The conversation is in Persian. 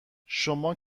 شما